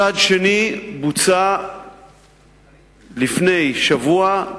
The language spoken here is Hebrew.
צעד שני בוצע לפני שבוע,